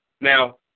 Now